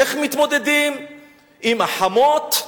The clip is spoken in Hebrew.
איך מתמודדים עם החמות,